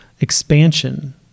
expansion